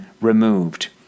removed